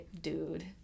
dude